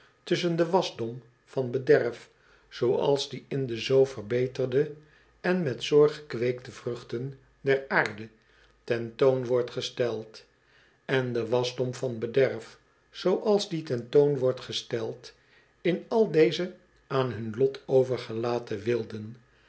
tusschen den wasdom van bederf zooals die in de zoo verbeterde en met zorg gekweekte vruchten der aarde ten toon wordt gesteld en den wasdom van bederf zooals die ten toon wordt gesteld in al deze aan hun lot overgelaten wilden